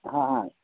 হা হা